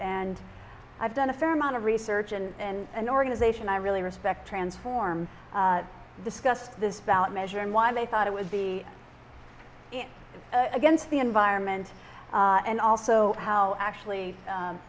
and i've done a fair amount of research and organization i really respect transform discussed this ballot measure and why they thought it would be against the environment and also how actually